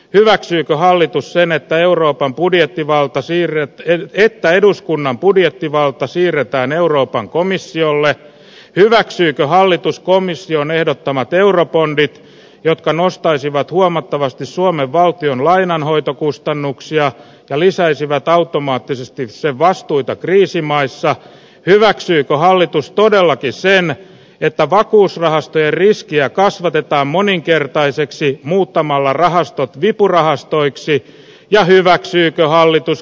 hyväksyykö hallitus sen että euroopan budjettivalta siirrettäköön että eduskunnan budjettivaltaa siirretään euroopan komissiolle hyväksyykö hallitus komission ehdottamat eurobondit jotka nostaisivat huomattavasti suomen valtion lainanhoitokustannuksia ja lisäisivät automaattisesti se vastuita kriisimaissa hyväksyykö hallitus todellakin sen että vakuusrahastojen riskiä kasvatetaan moninkertaiseksi muutamalla rahastot vipurahastoiksi ja hyväksyykö hallitus